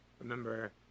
remember